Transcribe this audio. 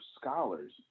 scholars